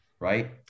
right